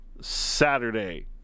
Saturday